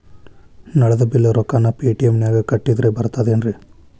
ನಳದ್ ಬಿಲ್ ರೊಕ್ಕನಾ ಪೇಟಿಎಂ ನಾಗ ಕಟ್ಟದ್ರೆ ಬರ್ತಾದೇನ್ರಿ?